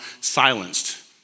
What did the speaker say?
silenced